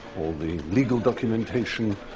all the legal documentation,